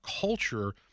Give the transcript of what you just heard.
culture